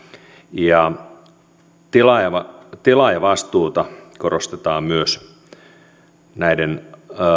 ja myös tilaajavastuuta korostetaan näiden